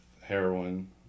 heroin